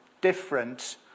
different